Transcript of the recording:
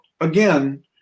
again